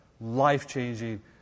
life-changing